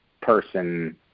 person